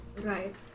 Right